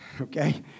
Okay